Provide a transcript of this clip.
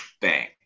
bang